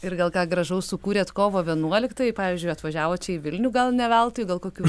ir gal ką gražaus sukūrėte kovo vienuoliktai pavyzdžiui atvažiavot čia į vilnių gal ne veltui gal kokių